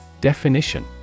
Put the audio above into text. Definition